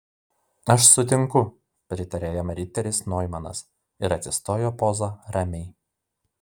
aš sutinku pritarė jam riteris noimanas ir atsistojo poza ramiai